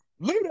Luda